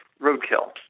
roadkill